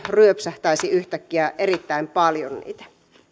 ryöpsähtäisi nyt yhtäkkiä erittäin paljon